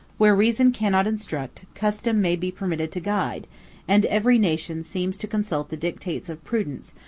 where reason cannot instruct, custom may be permitted to guide and every nation seems to consult the dictates of prudence,